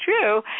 true